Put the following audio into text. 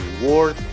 reward